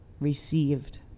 received